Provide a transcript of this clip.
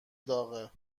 داغه